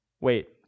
wait